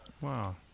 Wow